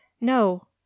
No